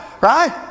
right